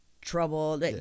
trouble